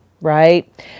right